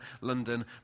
London